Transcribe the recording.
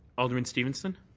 alderman stevenson.